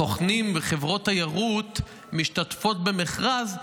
סוכנים מחברות תיירות משתתפים במכרז,